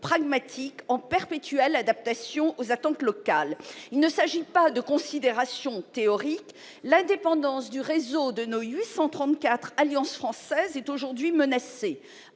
pragmatique, en perpétuelle adaptation aux attentes locales. Il ne s'agit pas de considérations théoriques. L'indépendance du réseau de nos 834 alliances françaises est aujourd'hui menacée.